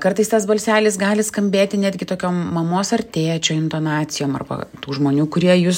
kartais tas balselis gali skambėti netgi tokiom mamos ar tėčio intonacijom arba tų žmonių kurie jus